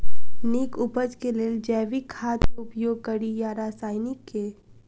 नीक उपज केँ लेल जैविक खाद केँ उपयोग कड़ी या रासायनिक केँ?